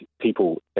people